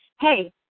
hey